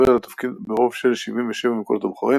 בבחירות לתפקיד זכה לתמיכת מפלגת הבית היהודי,